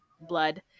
blood